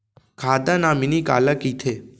खाता नॉमिनी काला कइथे?